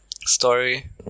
story